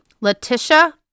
Letitia